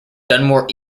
dunmore